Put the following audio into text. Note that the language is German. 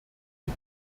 die